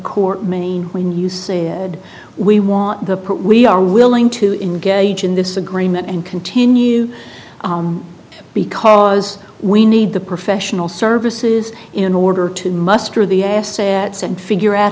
court main when you said we want the part we are willing to engage in this agreement and continue because we need the professional services in order to muster the assets and figure out